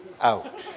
out